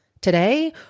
Today